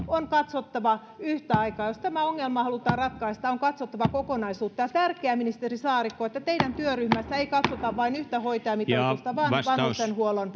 on katsottava yhtä aikaa jos tämä ongelma halutaan ratkaista on katsottava kokonaisuutta on tärkeää ministeri saarikko että teidän työryhmässä ei katsota vain yhtä hoitajamitoitusta vaan vaan vanhustenhuollon